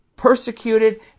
persecuted